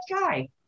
guy